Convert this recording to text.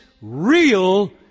real